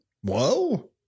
Whoa